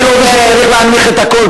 אני לא זה שצריך להנמיך את הקול,